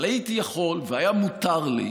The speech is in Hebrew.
אבל הייתי יכול והיה מותר לי